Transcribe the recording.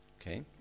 Okay